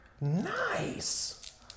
Nice